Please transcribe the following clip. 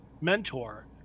mentor